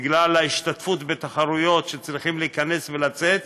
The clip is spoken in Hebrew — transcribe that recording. בגלל שלהשתתפות בתחרויות צריכים להיכנס ולצאת,